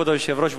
כבוד היושב-ראש,